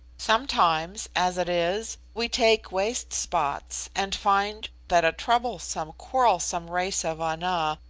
sometimes, as it is, we take waste spots, and find that a troublesome, quarrelsome race of ana,